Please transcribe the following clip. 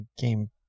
game